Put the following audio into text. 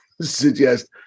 suggest